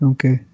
Okay